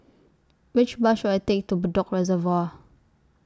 Which Bus should I Take to Bedok Reservoir